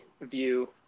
view